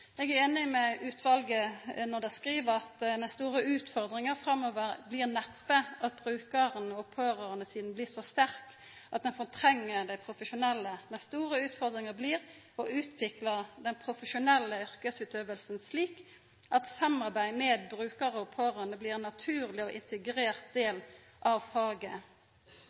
Eg er einig med utvalet når dei skriv at dei store utfordringane framover blir truleg ikkje at brukar- og pårørandesida blir så sterk at den fortrengjer dei profesjonelle. Dei store utfordringane blir å utvikla den profesjonelle yrkesutøvinga, slik at samarbeidet med brukarar og pårørande blir ein naturleg og integrert del av faget.